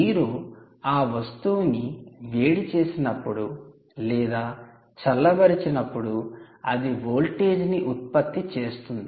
మీరు ఆ వస్తువుని వేడి చేసినప్పుడు లేదా చల్లబరిచినప్పుడు అది వోల్టేజ్ని ఉత్పత్తి చేస్తుంది